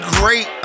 great